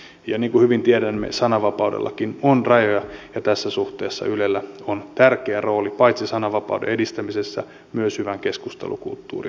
ja niin kuin hyvin tiedämme sananvapaudellakin on rajoja ja tässä suhteessa ylellä on tärkeä rooli paitsi sananvapauden edistämisessä myös hyvän keskustelukulttuurin jatkumisessa